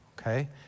okay